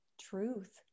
truth